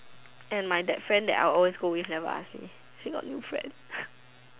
and my that friend that I always go with never ask him he got new friend